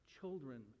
children